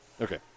Okay